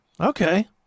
okay